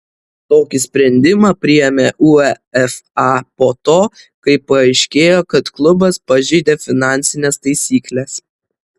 tokį sprendimą priėmė uefa po to kai paaiškėjo kad klubas pažeidė finansines taisykles